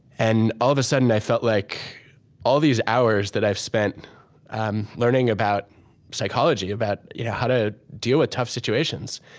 and all of a sudden, i felt like all these hours i've spent um learning about psychology, about you know how to deal with tough situations,